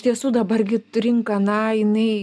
tiesų gi dabar t rinka na jinai